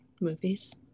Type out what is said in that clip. movies